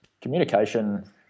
Communication